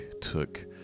took